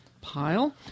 pile